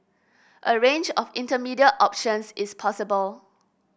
a range of intermediate options is possible